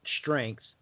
strength